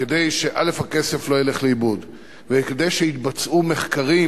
כדי שהכסף לא ילך לאיבוד וכדי שיתבצעו מחקרים